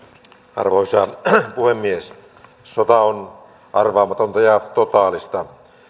arvoisa puhemies sota on arvaamatonta ja totaalista